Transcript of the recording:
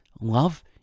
Love